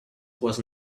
was